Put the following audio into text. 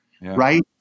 Right